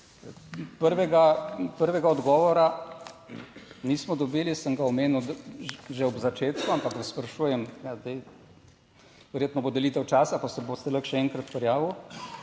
Prvega odgovora nismo dobili, sem ga omenil že ob začetku, ampak vas sprašujem zdaj, verjetno bo delitev časa, pa se boste lahko še enkrat prijavil.